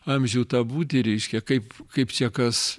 amžių tą būtį reiškia kaip kaip čia kas